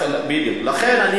לכן,